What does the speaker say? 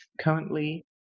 currently